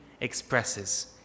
expresses